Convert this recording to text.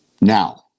Now